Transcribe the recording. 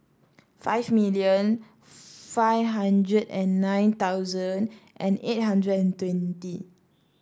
five million five hundred and nine thousand and eight hundred and twenty